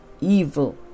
evil